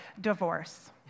divorce